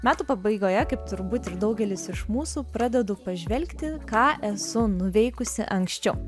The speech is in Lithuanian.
metų pabaigoje kaip turbūt ir daugelis iš mūsų pradedu pažvelgti ką esu nuveikusi anksčiau